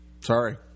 Sorry